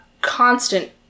constant